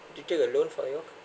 did you take a loan for your